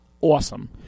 awesome